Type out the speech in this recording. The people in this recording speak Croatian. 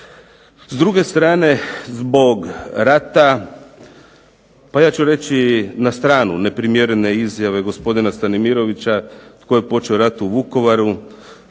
S druge strane zbog rata, pa ja ću reći na stranu neprimjerene izjave gospodina Stanimirovića tko je počeo rat u Vukovaru,